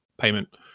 payment